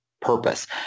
purpose